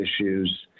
issues